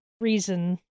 reason